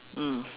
mm